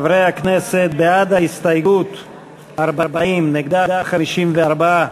קדימה וקבוצת סיעת רע"ם-תע"ל-מד"ע לסעיף 40(24)